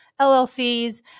LLCs